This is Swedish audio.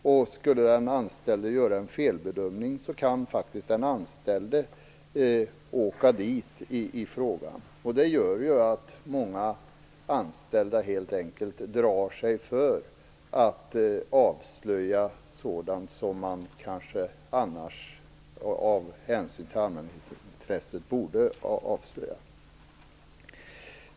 Om den anställde skulle göra en felbedömning kan han faktiskt åka dit. Det gör ju att många anställda helt enkelt drar sig för att avslöja sådant som de kanske borde avslöja, av hänsyn till allmänintresset.